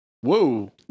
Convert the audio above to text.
Whoa